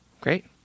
Great